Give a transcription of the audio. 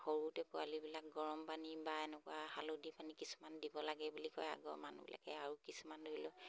সৰুতে পোৱালিবিলাক গৰম পানী বা এনেকুৱা হালধি পানী কিছুমান দিব লাগে বুলি কয় আগৰ মানুহবিলাকে আৰু কিছুমান ধৰি লওক